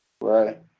Right